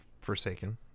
Forsaken